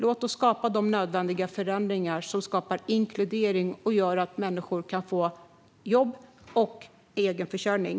Låt oss skapa de nödvändiga förändringar som skapar inkludering och gör att människor kan få jobb och egenförsörjning.